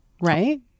right